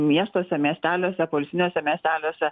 miestuose miesteliuose poilsiniuose miesteliuose